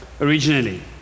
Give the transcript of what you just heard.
Originally